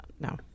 no